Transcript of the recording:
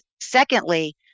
Secondly